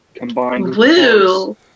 Blue